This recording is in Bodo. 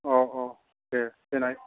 औ औ दे देनाय